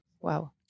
Wow